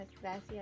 gracias